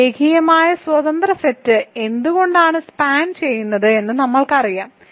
ഒരു രേഖീയമായി സ്വതന്ത്ര സെറ്റ് എന്തുകൊണ്ടാണ് സ്പാൻ ചെയ്യുന്നത് എന്ന് നമ്മൾക്കറിയാം